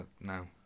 no